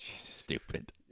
Stupid